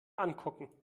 angucken